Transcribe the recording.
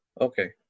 Okay